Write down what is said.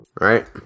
right